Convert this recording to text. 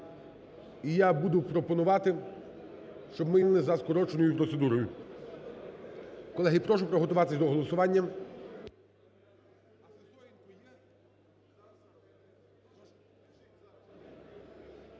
І я буду пропонувати, щоб ми його розглянули за скороченою процедурою. Колеги, прошу приготуватись до голосування.